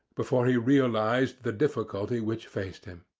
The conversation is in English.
before he realized the difficulty which faced him.